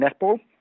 Netball